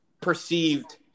perceived